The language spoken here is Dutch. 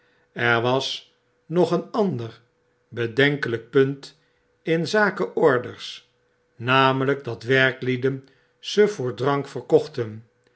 er was nog een ander bedenkelijk punt in zake orders namely k dat werklieden ze voor drank verkochten